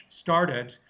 started